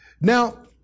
Now